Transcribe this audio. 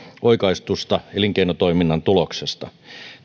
oikaistusta elinkeinotoiminnan tuloksesta